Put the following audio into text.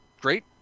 Great